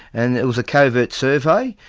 and it was a covert survey.